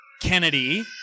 Kennedy